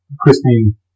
Christine